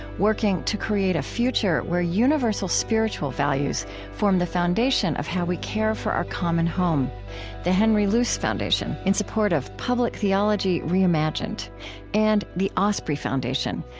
working to create a future where universal spiritual values form the foundation of how we care for our common home the henry luce foundation, in support of public theology reimagined and the osprey foundation,